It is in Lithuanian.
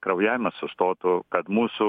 kraujavimas sustotų kad mūsų